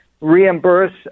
reimburse